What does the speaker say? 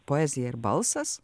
poezija ir balsas